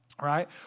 Right